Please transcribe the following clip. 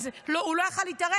אז הוא לא היה יכול להתערב,